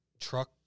truck